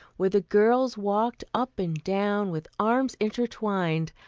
where the girls walked up and down with arms intertwined,